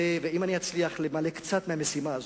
אם אני אצליח למלא קצת מהמשימה הזאת,